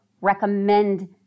recommend